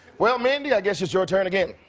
well, mindy, i guess it's your turn again.